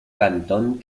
cantón